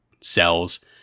cells